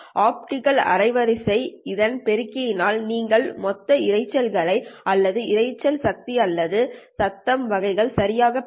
optical அலைவரிசை Bopt மூலம் இதை பெருக்கினால் நீங்கள் மொத்த இரைச்சல் கூறுகளை அல்லது இரைச்சல் சக்தி அல்லது சத்தம் வகைகள் சரியாகப் பெறப் போகிறீர்கள்